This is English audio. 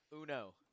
Uno